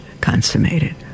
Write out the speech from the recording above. consummated